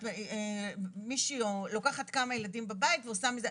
מישהי לוקחת כמה ילדים בבית ועושה.